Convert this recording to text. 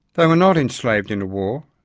they were not enslaved in a war.